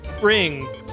ring